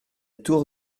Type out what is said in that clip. tour